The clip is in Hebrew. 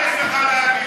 מה יש לך להגיד?